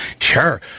sure